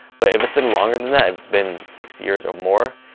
but if it's been longer than that, if it's been six years or more,